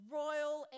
royal